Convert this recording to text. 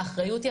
האחריות היא